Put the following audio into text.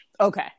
Okay